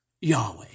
Yahweh